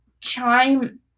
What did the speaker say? chime